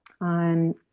on